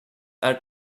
are